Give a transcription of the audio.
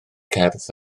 cerdd